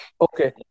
Okay